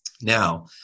Now